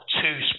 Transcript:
two